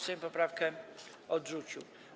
Sejm poprawkę odrzucił.